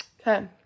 Okay